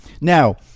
Now